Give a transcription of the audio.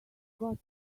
got